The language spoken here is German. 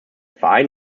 verein